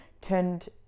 turned